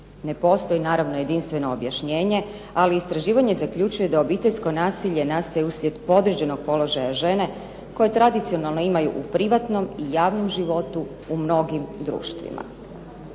Ne postoji naravno jedinstveno objašnjenje, ali istraživanje zaključuje da obiteljsko nasilje nastaje usred podređenog položaja žene koje tradicionalno imaju u privatnom i javnom životu u mnogim društvima.